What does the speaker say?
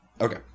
Okay